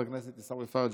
חבר הכנסת עופר כסיף,